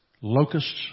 locusts